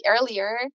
earlier